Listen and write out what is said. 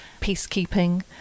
peacekeeping